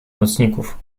nocników